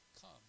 come